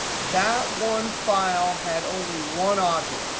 that one file had only one object.